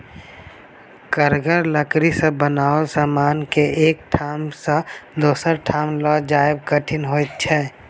कड़गर लकड़ी सॅ बनाओल समान के एक ठाम सॅ दोसर ठाम ल जायब कठिन होइत छै